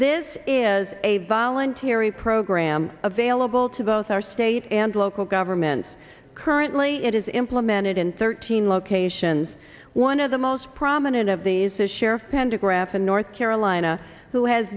this is a voluntary program available to both our state and local governments currently it is implemented in thirteen locations one of the most prominent of these is sheriff pendergraph in north carolina who has